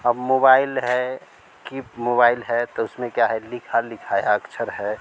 अब मोबाइल है कि मोबाइल है तो उसमें क्या है लिखा लिखाया अक्षर है